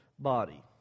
body